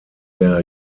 der